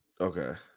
Okay